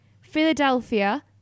Philadelphia